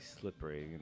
slippery